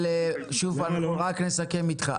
אבל שוב, רק לסכם איתך.